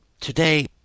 today—